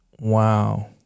wow